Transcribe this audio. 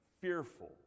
fearful